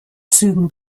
zügen